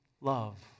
love